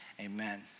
amen